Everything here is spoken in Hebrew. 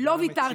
לא ויתרתי.